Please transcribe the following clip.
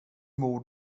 mår